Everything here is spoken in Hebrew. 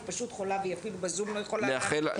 היא פשוט חולה, ולא יכולה אפילו לעלות בזום.